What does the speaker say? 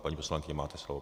Paní poslankyně, máte slovo.